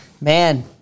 Man